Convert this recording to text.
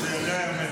זה לא ייאמן.